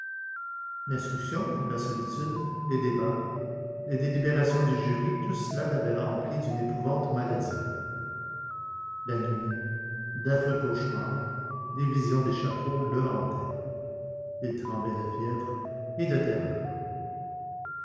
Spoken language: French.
l'instruction la solitude les débats les délibérations du jury tout cela l'avait empli d'une épouvante maladive la nuit d'affreux cauchemars des visions d'échafaud le hantaient il tremblait de fièvre et de terreur